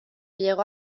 llegó